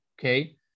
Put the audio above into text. okay